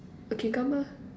a cucumber